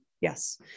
Yes